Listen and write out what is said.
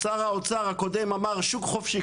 שר האוצר הקודם אמר שוק חופשי,